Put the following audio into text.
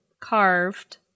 carved